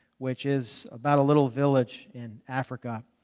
which is about a little village in africa.